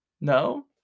No